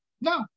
No